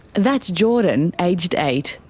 that's jordan, aged eight.